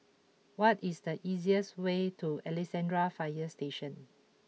what is the easiest way to Alexandra Fire Station